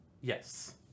Yes